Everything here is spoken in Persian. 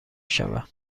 شوم